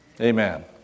Amen